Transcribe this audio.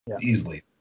easily